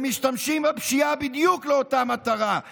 משתמשים בפשיעה בדיוק לאותה מטרה,